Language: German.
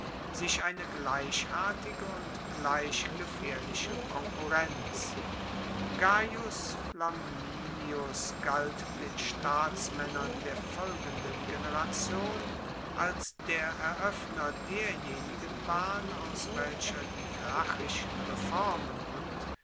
sich eine gleichartige und gleich gefaehrliche konkurrenz gaius flaminius galt den staatsmaennern der folgenden generation als der eroeffner derjenigen bahn aus welcher die gracchischen reformen und